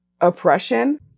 oppression